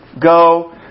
go